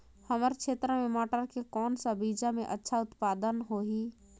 हमर क्षेत्र मे मटर के कौन सा बीजा मे अच्छा उत्पादन होही?